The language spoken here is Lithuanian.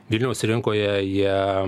vilniaus rinkoje jie